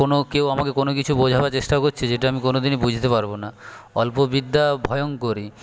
কোনো কেউ আমাকে কোনও কিছু বোঝাবার চেষ্টা করছে যেটা আমি কোনো দিনই বুঝতে পারব না অল্প বিদ্যা ভয়ঙ্করী